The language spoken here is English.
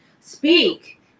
speak